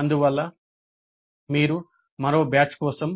అందువల్ల మీరు మరో బ్యాచ్ కోసం